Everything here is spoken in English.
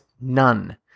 None